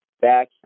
back